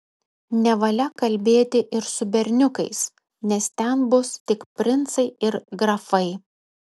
nevalia kalbėti ir su berniukais nes ten bus tik princai ir grafai